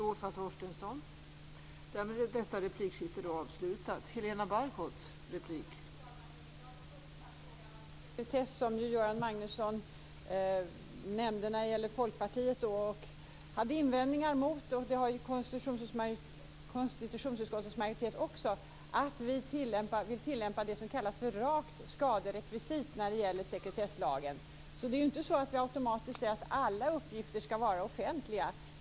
Fru talman! Även jag tänker ta upp frågan om sekretess som Göran Magnusson nämnde. Han hade invändningar mot Folkpartiets förslag, och det har konstitutionsutskottets majoritet också. Vi i Folkpartiet vill tillämpa det som kallas för rakt skaderekvisit när det gäller sekretesslagen. Vi säger alltså inte att alla uppgifter automatiskt ska vara offentliga.